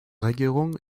regierung